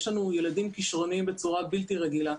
יש לנו ילדים כישרוניים בצורה בלתי רגילה.